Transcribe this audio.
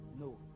no